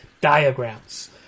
diagrams